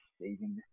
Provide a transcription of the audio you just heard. saving